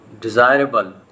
desirable